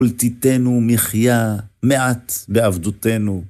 פולטיתנו מחיה מעט בעבדותינו.